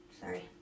Sorry